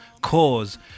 cause